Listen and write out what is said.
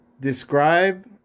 describe